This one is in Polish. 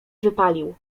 wypalił